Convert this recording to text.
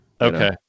Okay